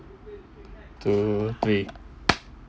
two three